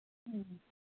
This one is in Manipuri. ꯎꯝ